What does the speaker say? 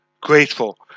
grateful